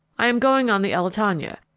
i am going on the elletania.